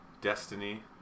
Destiny